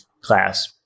class